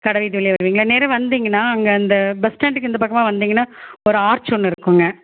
கட வீதி வழியாக வருவீங்களா நேராக வந்திங்கன்னா அங்கே அந்த பஸ் ஸ்டாண்டுக்கு இந்த பக்கமாக வந்திங்கன்னா ஒரு ஆர்ச் ஒன்று இருக்குங்க